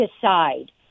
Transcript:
decide